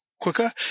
quicker